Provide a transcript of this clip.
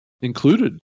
included